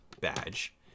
badge